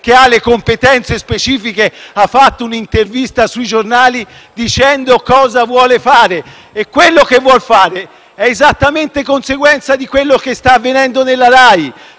che ha le competenze specifiche in materia ha rilasciato un'intervista ai giornali dicendo cosa vuole fare e quello che vuole fare è esattamente conseguenza di quello che sta avvenendo in Rai: